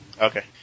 Okay